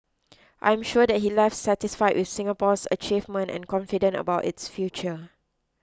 I am sure that he left satisfy with Singapore's achievement and confident about its future